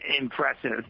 impressive